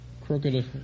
crooked